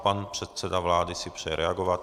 Pan předseda vlády si přeje reagovat.